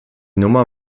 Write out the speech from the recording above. nummer